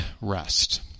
rest